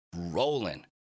rolling